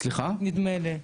נדמה לי.